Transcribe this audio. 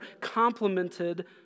complemented